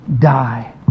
die